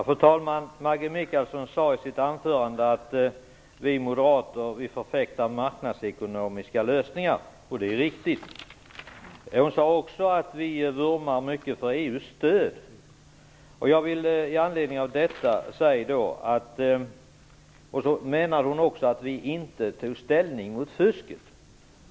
Fru talman! Maggi Mikaelsson sade i sitt anförande att vi moderater förfäktar marknadsekonomiska lösningar, och det är riktigt. Hon sade också att vi vurmar mycket för EU:s stöd. Hon menade också att vi inte tar ställning mot fusket.